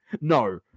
No